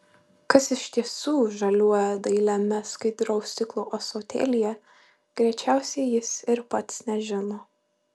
kas iš tiesų žaliuoja dailiame skaidraus stiklo ąsotėlyje greičiausiai jis ir pats nežino